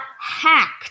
hacked